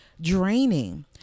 draining